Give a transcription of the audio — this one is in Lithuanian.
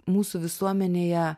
mūsų visuomenėje